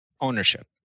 ownership